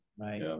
Right